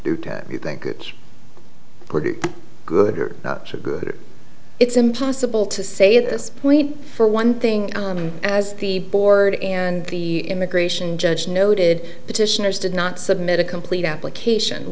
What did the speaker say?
do you think it pretty good or not too good it's impossible to say this point for one thing as the board and the immigration judge noted petitioners did not submit a complete application